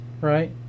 right